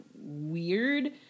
weird